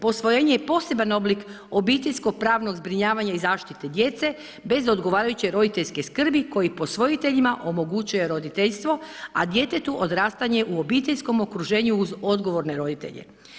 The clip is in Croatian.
Posvojenje je poseban oblik obiteljsko-pravnog zbrinjavanja i zaštite djece, bez odgovarajuće roditeljske skrbi koji posvojiteljima omogućuje roditeljstvo, a djetetu odrastanje u obiteljskom okruženju uz odgovorne roditelje.